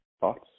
thoughts